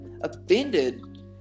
offended